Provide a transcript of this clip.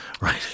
right